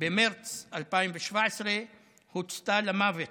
במרץ 2017 הוצתה למוות